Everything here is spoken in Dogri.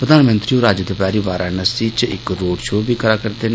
प्रधानमंत्री होर अज्ज दपैही वाराणसी च इक रोड शो बी करा रदे न